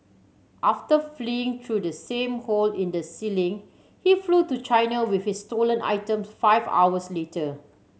after fleeing through the same hole in the ceiling he flew to China with his stolen items five hours later